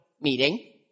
meeting